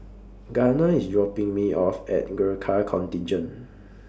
Gunner IS dropping Me off At Gurkha Contingent